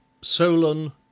Solon